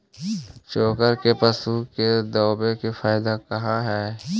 चोकर के पशु के देबौ से फायदा का है?